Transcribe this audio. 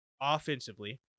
offensively